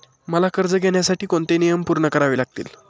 मला कर्ज घेण्यासाठी कोणते नियम पूर्ण करावे लागतील?